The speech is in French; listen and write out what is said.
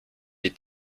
est